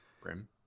Grim